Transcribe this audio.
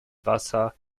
wasser